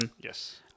Yes